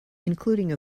including